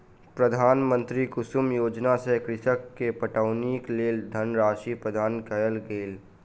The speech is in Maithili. प्रधानमंत्री कुसुम योजना सॅ कृषक के पटौनीक लेल धनराशि प्रदान कयल गेल